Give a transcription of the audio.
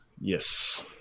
Yes